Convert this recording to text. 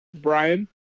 Brian